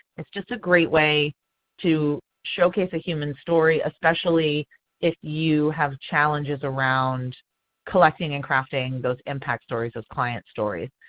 it's just a great way to showcase a human story especially if you have challenges around collecting and crafting those impact stories, those client stories.